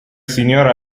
signor